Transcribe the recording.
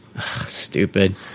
stupid